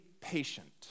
patient